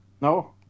No